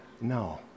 No